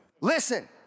listen